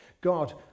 God